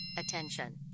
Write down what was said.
Attention